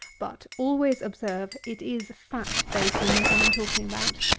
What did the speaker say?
but always observe, it is fat bacon that i am talking about.